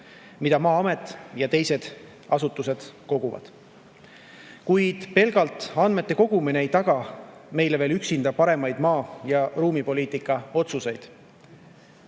mida Maa-amet ja teised asutused [teevad]. Kuid pelgalt andmete kogumine ei taga meile veel paremaid maa‑ ja ruumipoliitika otsuseid.